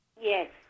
Yes